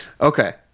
Okay